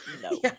No